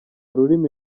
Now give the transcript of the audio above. rurimi